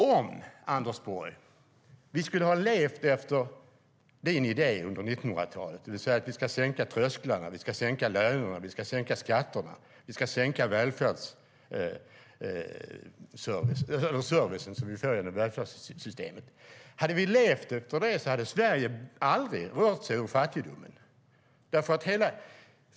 Om vi skulle ha levt efter Anders Borgs idé under 1900-talet, det vill säga att sänka trösklarna, att sänka lönerna, sänka skatterna, sänka servicenivån i välfärdssystemet, hade Sverige aldrig rest sig ur fattigdomen.